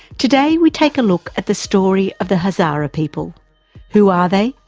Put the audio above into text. today we take a look at the story of the hazara people who are they,